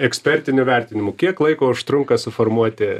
ekspertiniu vertinimu kiek laiko užtrunka suformuoti